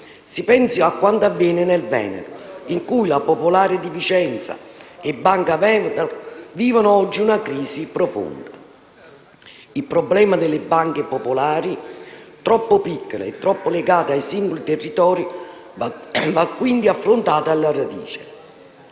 Si pensi a quanto avviene nel Veneto, in cui la Popolare di Vicenza e Veneto Banca vivono oggi una crisi profonda. Il problema delle banche popolari, troppo piccole e troppo legate ai singoli territori, va quindi affrontato alla radice,